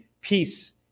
peace